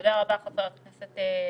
תודה רבה, חבר הכנסת ג'אבר.